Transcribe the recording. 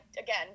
again